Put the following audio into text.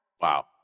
Wow